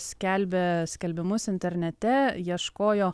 skelbė skelbimus internete ieškojo